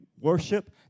worship